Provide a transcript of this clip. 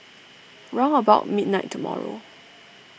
round about midnight tomorrow